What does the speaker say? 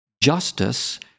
justice